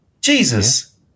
Jesus